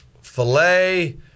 filet